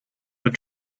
were